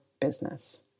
business